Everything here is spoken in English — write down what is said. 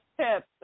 tips